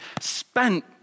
spent